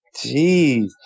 Jeez